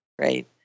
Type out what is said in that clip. right